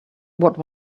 what